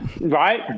Right